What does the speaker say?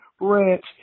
ranch